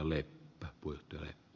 herra puhemies